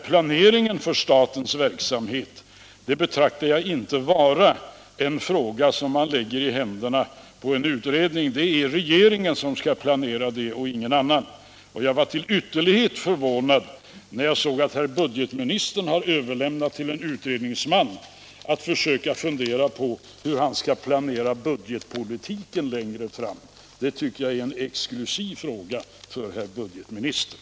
Planeringen av statens verksamhet anser jag inte vara en fråga som man bör lägga i händerna på en utredning, utan det är regeringen och ingen annan som skall sköta den planeringen. Jag blev till ytterlighet förvånad när jag såg att herr budgetministern har överlämnat till en utredningsman att försöka fundera ut hur herr Mundebo bör planera budgetpolitiken längre fram. Det tycker jag är en exklusiv fråga för herr budgetministern.